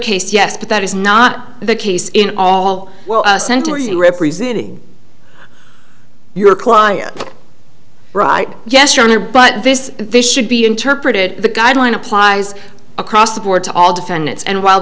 case yes but that is not the case in all centering representing your client right yes your honor but this this should be interpreted the guideline applies across the board to all defendants and while